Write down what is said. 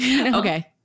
Okay